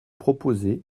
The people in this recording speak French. proposées